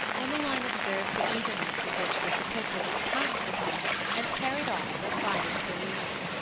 emmeline observed the eagerness with which this epistle was pounced upon and carried off for private perusal.